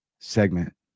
segment